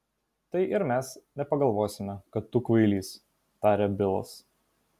tai ir mes nepagalvosime kad tu kvailys tarė bilas